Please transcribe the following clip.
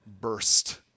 burst